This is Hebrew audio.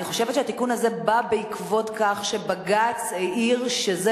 אני חושבת שהתיקון הזה בא בעקבות כך שבג"ץ העיר שזה